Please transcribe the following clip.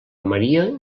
maria